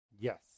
Yes